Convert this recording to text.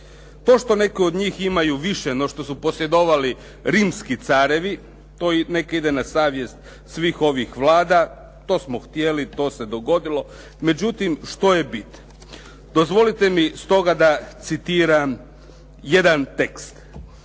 To što neki od njih imaju više no što su posjedovali rimski carevi, to nek ide na savjest svih ovih vlada, to smo htjeli, to se dogodilo. Međutim, što je bit? Dozvolite mi stoga da citiram jedan tekst.